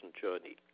journey